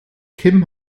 kim